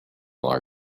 our